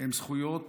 הן זכויות